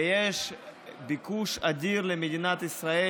ויש ביקוש אדיר למדינת ישראל.